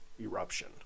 eruption